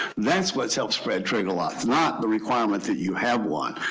that's what's helped spread trigger locks not the requirement that you have one,